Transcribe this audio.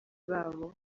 babo